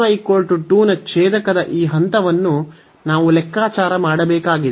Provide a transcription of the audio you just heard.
ಈ xy 2 ನ ಛೇದಕದ ಈ ಹಂತವನ್ನು ನಾವು ಲೆಕ್ಕಾಚಾರ ಮಾಡಬೇಕಾಗಿದೆ